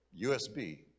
USB